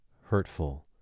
hurtful